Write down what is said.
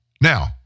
Now